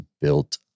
built